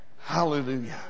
Hallelujah